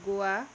Goa